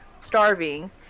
starving